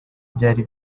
byari